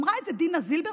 אמרה את זה דינה זילבר,